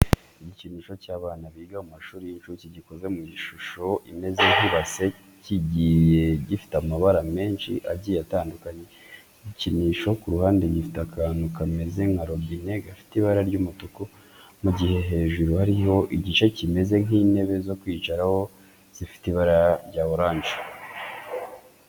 Igikinisho cy'abana biga mu mashuri y'inshuke gikoze mu ishusho imeze nk'ibase kigiye gifite amabara menshi agiye atandukanye. Iki gikinisho ku ruhande gifite akantu kameze nka robine gafite ibara ry'umutuku, mu gihe hejuru hariho igice kimeze nk'intebe zo kwicaraho zifite ibara rya oranje.